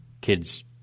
kids –